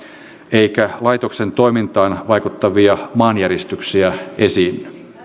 eikä laitoksen toimintaan vaikuttavia maanjäristyksiä esiinny